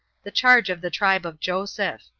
the charge of the tribe of joseph.